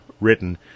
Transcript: written